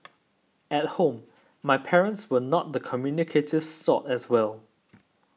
at home my parents were not the communicative sort as well